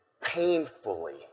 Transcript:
painfully